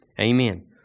Amen